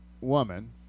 woman